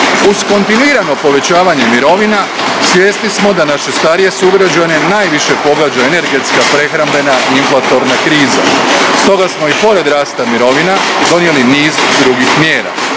Uz kontinuirano povećavanje mirovina, svjesni smo da naše starije sugrađane najviše pogađa energetska, prehrambena i inflatorna kriza. Stoga smo i pored rasta mirovina, donijeli niz drugih mjera.